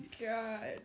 god